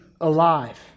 alive